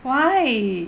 why